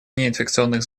неинфекционных